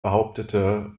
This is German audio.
behauptete